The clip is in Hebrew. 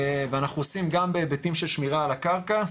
ואנחנו עושים גם בהיבטים של שמירה על הקרקע,